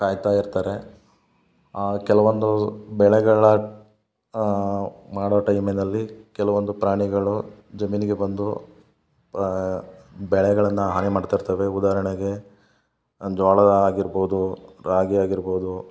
ಕಾಯ್ತಾಯಿರ್ತಾರೆ ಕೆಲವೊಂದು ಬೆಳೆಗಳ ಮಾಡೋ ಟೈಮಿನಲ್ಲಿ ಕೆಲವೊಂದು ಪ್ರಾಣಿಗಳು ಜಮೀನಿಗೆ ಬಂದು ಪ ಬೆಳೆಗಳನ್ನು ಹಾನಿ ಮಾಡ್ತಾಯಿರ್ತವೆ ಉದಾಹರಣೆಗೆ ಜೋಳ ಆಗಿರ್ಬೋದು ರಾಗಿ ಆಗಿರ್ಬೋದು